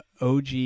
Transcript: OG